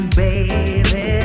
baby